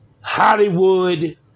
Hollywood